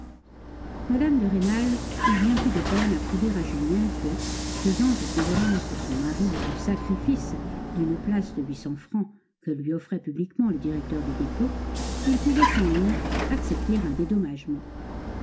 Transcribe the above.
mme de rênal eut bien plus de peine à prouver à julien que faisant aux convenances de son mari le sacrifice d'une place de huit cents francs que lui offrait publiquement le directeur du dépôt il pouvait sans honte accepter un dédommagement